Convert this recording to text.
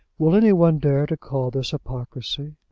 will any one dare to call this hypocrisy?